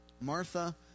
Martha